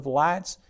lights